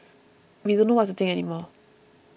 we don't know what to think any more